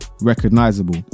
recognizable